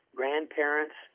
grandparents